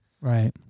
Right